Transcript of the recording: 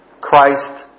Christ